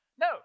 No